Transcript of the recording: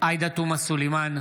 עאידה תומא סלימאן,